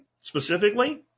specifically